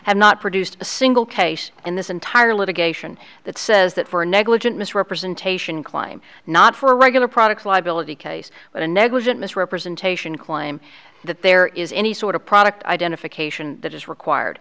have not produced a single case in this entire litigation that says that for negligent misrepresentation climb not for regular products liability case but a negligent misrepresentation claim that there is any sort of product identification that is required